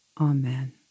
Amen